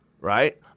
right